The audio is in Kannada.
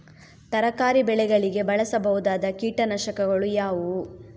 ತರಕಾರಿ ಬೆಳೆಗಳಿಗೆ ಬಳಸಬಹುದಾದ ಕೀಟನಾಶಕಗಳು ಯಾವುವು?